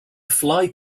fly